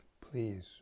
please